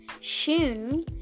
shun